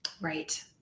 Right